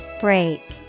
Break